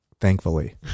Thankfully